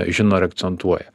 žino ir akcentuoja